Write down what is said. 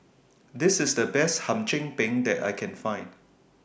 This IS The Best Hum Chim Peng that I Can Find